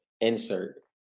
insert